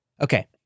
Okay